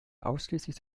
ausschließlich